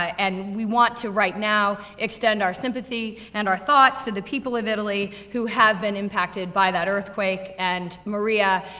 and we want to, right now, extend our sympathy and our thoughts to the people of italy, who have been impacted by that earthquake, and maria,